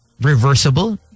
reversible